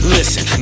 Listen